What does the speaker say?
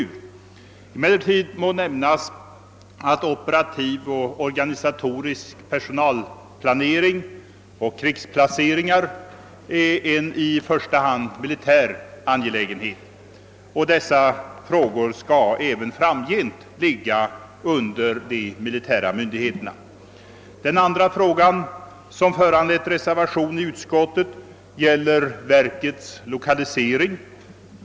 Det bör emellertid nämnas att operativ och organisatorisk = personalplanering och krigsplacering i första hand är en mi litär angelägenhet, och de frågorna skall även framdeles ligga under de militära myndigheterna. Den andra fråga som föranlett reservation i utskottet gäller verkets lokalisering.